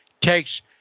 takes